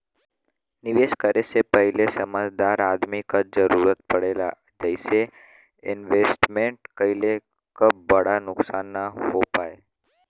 निवेश करे से पहिले समझदार आदमी क जरुरत पड़ेला जइसे इन्वेस्टमेंट कइले क बड़ा नुकसान न हो पावे